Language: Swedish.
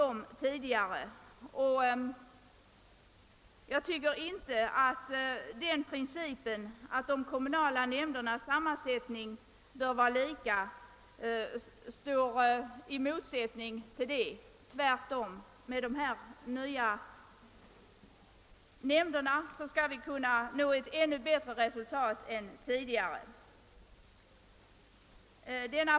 Enligt min mening står inte principen att de kommunala styrelsernas och nämndernas sammansättning bör vara lika över hela fältet i motsättning till detta; tvärtom bör vi med dessa nya samarbetsnämnder kunna nå ett ännu bättre resultat än tidigare.